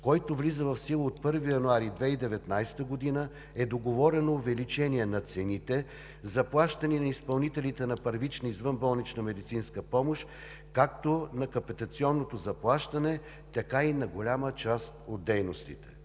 който влиза в сила от 1 януари 2019 г., е договорено увеличение на цените, заплащани на изпълнителите на първична извънболнична медицинска помощ както на капитационното заплащане, така и на голяма част от дейностите.